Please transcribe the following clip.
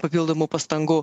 papildomų pastangų